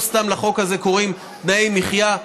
לא סתם לחוק הזה קוראים "תנאי מחיה".